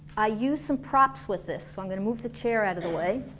i use some props with this so i'm gonna move the chair out of the way